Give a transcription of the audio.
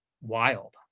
wild